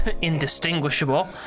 indistinguishable